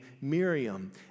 Miriam